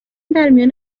درمیان